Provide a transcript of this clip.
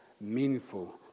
meaningful